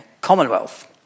Commonwealth